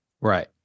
Right